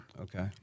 Okay